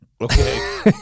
Okay